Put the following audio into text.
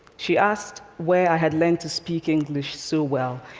she asked where i had learned to speak english so well,